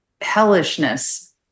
hellishness